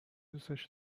دوستش